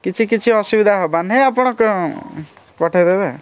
କିଛି କିଛି ଅସୁବିଧା ହେବାର ନାହିଁ ଆପଣ କ ପଠାଇଦେବେ